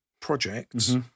projects